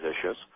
issues